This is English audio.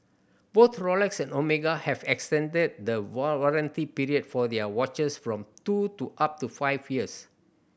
both Rolex and Omega have extended the warranty period for their watches from two to up to five years